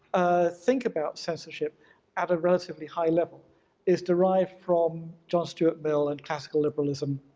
think about censorship at a relatively high level is derived from john stuart mill and classical liberalism.